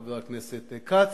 חבר הכנסת כץ,